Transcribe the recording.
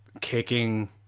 kicking